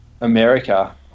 America